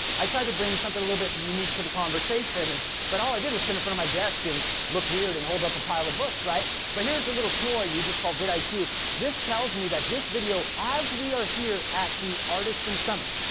i tried to bring something a little bit unique to the conversation, and but all i did was sit in front of my desk and look weird and hold up a pile of books, right? but here is a little tool i use, it's called vidiq. this tells me that this video, as we are here at the artisan summit,